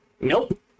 Nope